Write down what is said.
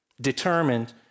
determined